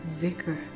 vicar